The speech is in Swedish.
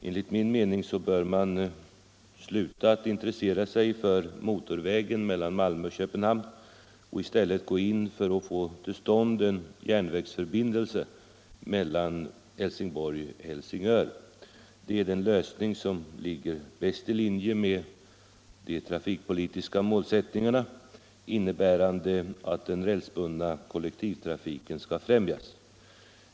Enligt min mening bör man sluta att intressera sig för motorvägen mellan Malmö och Köpenhamn och i stället gå in för att få till stånd en järnvägsförbindelse mellan Helsingborg och Helsingör. Det är den lösning som ligger bäst i linje med de trafikpolitiska målsättningarna innebärande att den rälsbundna kollektivtrafiken skall främjas.